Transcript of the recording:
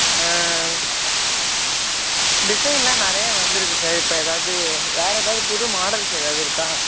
டிசைன்லாம் நிறையா வந்துயிருக்கு சார் இப்போ ஏதாவது வேறு ஏதாவது புது மாடல்ஸ் ஏதாவது இருக்கா